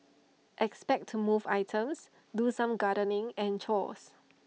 expect to move items do some gardening and chores